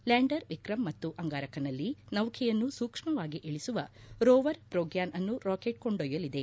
lander Vikram ಮತ್ತು ಅಂಗಾರಕನಲ್ಲಿ ನವಕೆಯನ್ನು ಸೂಕ್ಷ್ಮವಾಗಿ ಇಳಿಸುವ ರೋವರ್ ಪ್ರೋಗ್ಲಾನ್ ಅನ್ನು ರಾಕೆಟ್ ಕೊಂಡೊಯ್ಲಲಿದೆ